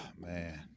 man